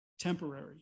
temporary